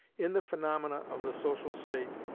in the phaenomena of the social state,